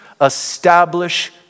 Establish